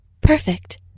Perfect